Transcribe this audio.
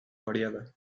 variada